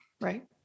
Right